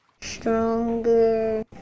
Stronger